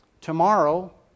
Tomorrow